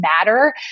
matter